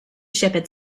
shepherd